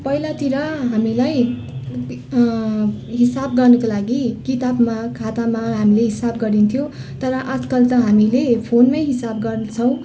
पहिलातिर हामीलाई हिसाब गर्नुको लागि किताबमा खातामा हामीले हिसाब गरिन्थ्यो तर आजकल त हामीले फोनमै हिसाब गर्छौँ